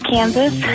Kansas